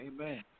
Amen